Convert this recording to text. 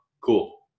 Cool